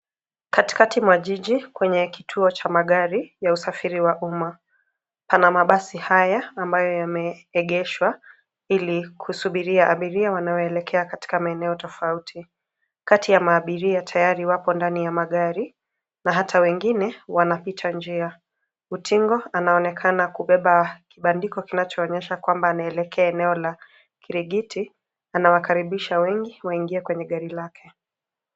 Katikati mwa jiji, kwenye kituo cha magari ya usafiri wa umma, pana mabasi haya ambayo yameegeshwa ilikusubiria abiria wanaoelekea katika maeneo tofauti. Kati ya maabiria tayari wapo ndani ya magari na hata wengine wanapita njia. Utingo anaonekana kubeba kibandiko kinachoonyesha kwamba anaelekea eneo la Kirigiti . Anawakaribisha wengi waingie kwenye gari lake.